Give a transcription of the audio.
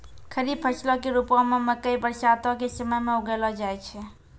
खरीफ फसलो के रुपो मे मकइ बरसातो के समय मे उगैलो जाय छै